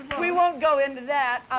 but we won't go into that.